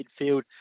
midfield